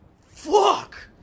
Fuck